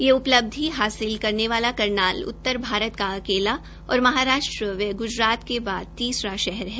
ये उपलब्धि हासिल करने वाला करनाल उत्तर भारत का अकेला और महाराष्ट्र व ग्जरात के बाद तीसरा सथान है